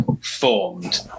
formed